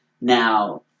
now